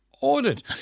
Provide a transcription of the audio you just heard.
ordered